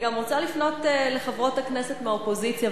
אני גם רוצה לפנות לחברות הכנסת מהאופוזיציה